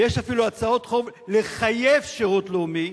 ויש אפילו הצעות חוק לחייב שירות לאומי,